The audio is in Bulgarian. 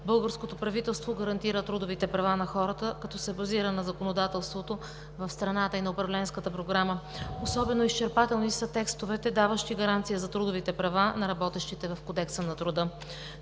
българското правителство гарантира трудовите права на хората, като се базира на законодателството в страната и на Управленската програма. Особено изчерпателни са текстовете в Кодекса на труда, даващи гаранция за трудовите права на работещите. Целта е да